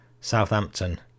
Southampton